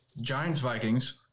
Giants-Vikings